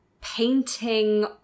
painting